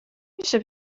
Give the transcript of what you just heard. میشه